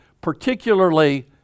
particularly